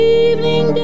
evening